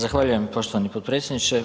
Zahvaljujem poštovani potpredsjedniče.